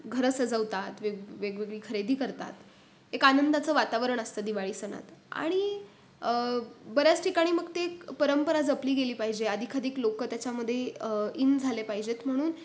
घरं सजवतात वेग वेगवेगळी खरेदी करतात एक आनंदाचं वातावरण असतं दिवाळी सणात आणि बऱ्याच ठिकाणी मग ते एक परंपरा जपली गेली पाहिजे अधिकाधिक लोकं त्याच्यामध्ये इन झाले पाहिजेत म्हणून